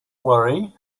worry